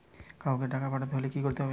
কাওকে টাকা পাঠাতে হলে কি করতে হবে?